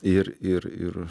ir ir ir